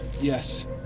Yes